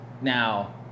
Now